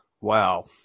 Wow